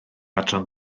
adran